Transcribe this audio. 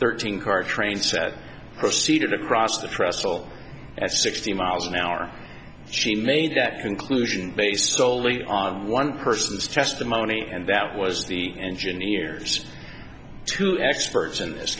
thirteen car train set proceeded across the pressel at sixty miles an hour she made that conclusion based solely on one person's testimony and that was the engineer's two experts in this